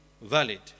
valid